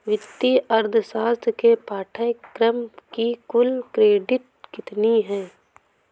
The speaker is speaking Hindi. वित्तीय अर्थशास्त्र के पाठ्यक्रम की कुल क्रेडिट कितनी है?